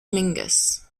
mingus